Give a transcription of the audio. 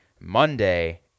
Monday